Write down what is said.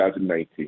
2019